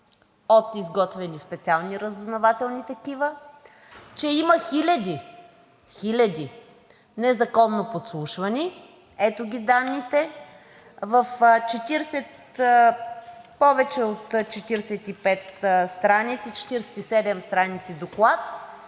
от изготвени специални разузнавателни такива, че има хиляди, хиляди незаконно подслушвани, ето ги данните, в повече от 45 страници – 47 страници доклад,